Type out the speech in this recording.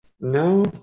No